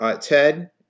Ted